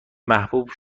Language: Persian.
محبوب